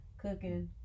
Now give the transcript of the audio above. cooking